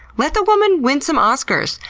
let the woman win some oscars.